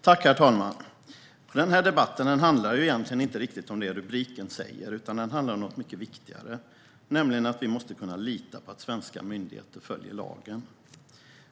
Herr talman! Denna debatt handlar egentligen inte riktigt om det interpellationsrubriken säger. Den handlar i stället om något mycket viktigare, nämligen att vi måste kunna lita på att svenska myndigheter följer lagen.